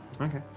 Okay